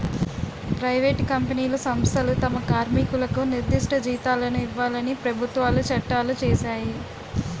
private కంపెనీలు సంస్థలు తమ కార్మికులకు నిర్దిష్ట జీతాలను ఇవ్వాలని ప్రభుత్వాలు చట్టాలు చేశాయి